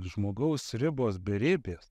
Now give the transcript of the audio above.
žmogaus ribos beribės